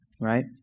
right